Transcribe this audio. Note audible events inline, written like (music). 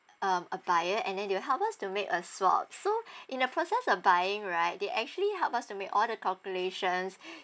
um a buyer and then they will help us to make a swab so in the person of buying right they actually help us to make all the calculations (breath)